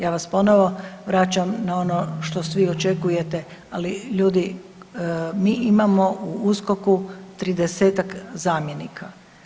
Ja vas ponovo vraćam na ono što svi očekujete, ali ljudi, mi imamo u USKOK-u 30-ak zamjenika.